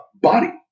body